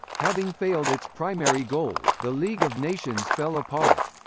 having failed its primary goal, the league of nations fell apart.